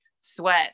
sweat